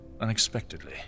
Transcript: unexpectedly